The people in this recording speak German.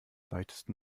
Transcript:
weitesten